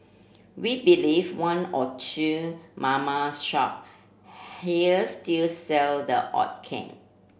we believe one or two mama shop here still sell the odd can